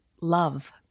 love